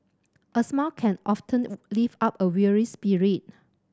a smile can often lift up a weary spirit